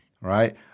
right